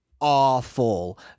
awful